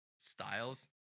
styles